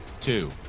two